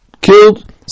killed